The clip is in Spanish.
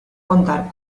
contar